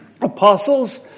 apostles